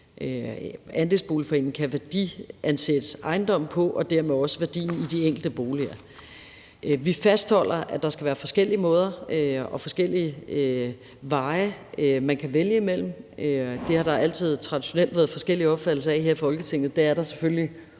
andelsboligforening kan værdiansætte ejendommen på og dermed også værdien i de enkelte boliger. Vi fastholder, at der skal være forskellige måder og forskellige veje, man kan vælge imellem, og det har der traditionelt altid været forskellige opfattelser af her i Folketinget, og det er der selvfølgelig